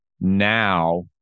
now